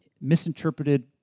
misinterpreted